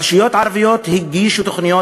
רשויות ערביות הגישו תוכניות,